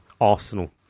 Arsenal